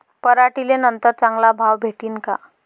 पराटीले नंतर चांगला भाव भेटीन का?